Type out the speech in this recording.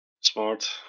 Smart